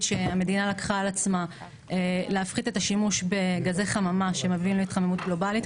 שהמדינה לקחה על עצמה להפחית את השימוש בגזי חממה שמביאים להתחממות גלובלית.